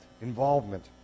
Involvement